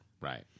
Right